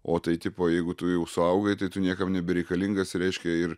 o tai tipo jeigu tu jau suaugai tai tu niekam nebereikalingas reiškia ir